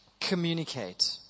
communicate